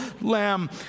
lamb